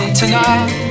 tonight